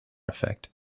effect